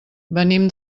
venim